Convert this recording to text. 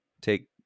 take